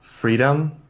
Freedom